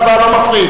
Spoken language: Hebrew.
הוא